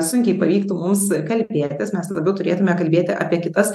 sunkiai pavyktų mus kalbėtis mes labiau turėtume kalbėti apie kitas